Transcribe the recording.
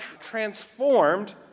transformed